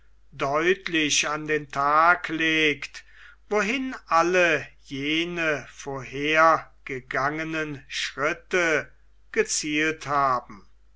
deutlich an den tag legt wohin alle jene vorhergegangenen schritte gezielt haben